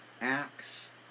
Acts